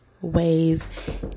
ways